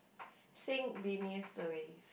sink beneath the waves